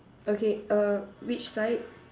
okay uh which side